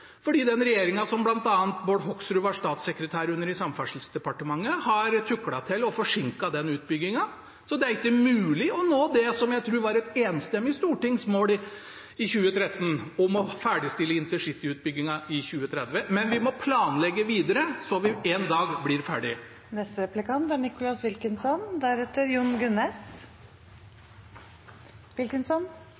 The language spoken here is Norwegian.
den regjeringen som bl.a. Bård Hoksrud var statssekretær i, i Samferdselsdepartementet, har tuklet det til og forsinket utbyggingen. Så det er ikke mulig å nå det som jeg tror var et enstemmig stortings mål i 2013, å ferdigstille intercityutbyggingen i 2030. Men vi må planlegge videre, sånn at vi en dag blir ferdig. Sverre Myrli og jeg kommer fra Akershus. Det er